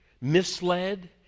misled